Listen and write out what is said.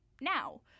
now